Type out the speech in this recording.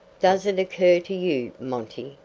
does it occur to you, monty,